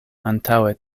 antaŭe